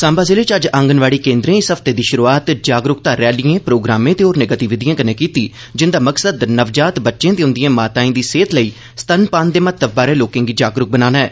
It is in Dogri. सांबा जिले च अज्ज आंगनवाड़ी केन्द्रे इस हफ्ते दी शुरुआत जागरूकता रैलिएं प्रोग्रामें ते होरनें गतिविधिएं कन्नै कीती जिंदा मकसद नवजात बच्चे ते उंदिएं माताएं दी सेहत लेई स्तनपान दे महत्व बारै लोकें गी जागरूक बनाना ऐ